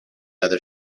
other